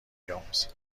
بیاموزیم